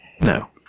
No